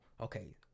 okay